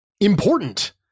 important